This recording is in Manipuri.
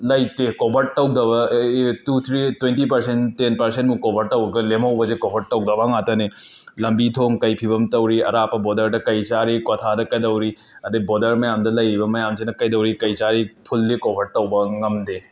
ꯂꯩꯇꯦ ꯀꯣꯕꯔ ꯇꯧꯗꯕ two three twenty percent ten ꯄꯔꯁꯦꯟꯃꯨꯛ ꯀꯣꯕꯔ ꯇꯧꯔꯒ ꯂꯦꯝꯍꯧꯕꯁꯦ ꯀꯣꯕꯔ ꯇꯧꯗꯕ ꯉꯥꯛꯇꯅꯦ ꯂꯝꯕꯤ ꯊꯣꯡ ꯀꯩ ꯐꯤꯕꯝ ꯇꯧꯔꯤ ꯑꯔꯥꯞꯄ ꯕꯣꯗꯔꯗ ꯀꯔꯤ ꯆꯥꯔꯤ ꯀ꯭ꯋꯥꯊꯥꯗ ꯀꯩꯗꯧꯔꯤ ꯑꯗꯒꯤ ꯕꯣꯗꯔ ꯃꯌꯥꯝꯗ ꯂꯩꯔꯤꯕ ꯃꯌꯥꯝꯁꯤꯅ ꯀꯩꯗꯧꯔꯤ ꯀꯩ ꯆꯥꯔꯤ ꯐꯨꯂꯤ ꯀꯣꯕꯔ ꯇꯧꯕ ꯉꯝꯗꯦ